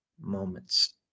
moments